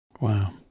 Wow